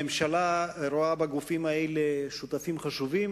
הממשלה רואה בגופים האלה שותפים חשובים,